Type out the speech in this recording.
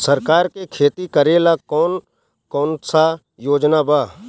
सरकार के खेती करेला कौन कौनसा योजना बा?